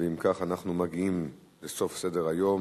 אם כך, אנחנו מגיעים לסוף סדר-היום.